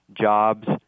jobs